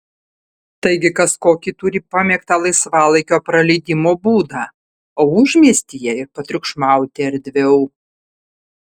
taigi kas kokį turi pamėgtą laisvalaikio praleidimo būdą o užmiestyje ir patriukšmauti erdviau